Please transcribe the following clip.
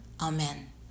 Amen